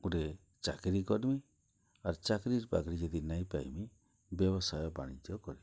ଗୁଟେ ଚାକ୍ରି କର୍ମି ଆର୍ ଚାକ୍ରି ବାକ୍ରି ଯଦି ନାଇଁ ପାଏମି ବ୍ୟବସାୟ ବାଣିଜ୍ୟ କର୍ମି